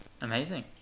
Amazing